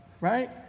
right